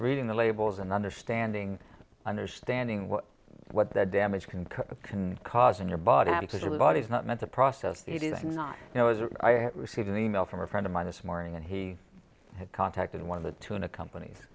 reading the labels and understanding understanding what what the damage can cause can cause in your body because a lot is not meant to process it is not you know as i have received an email from a friend of mine this morning and he had contacted one of the tuna companies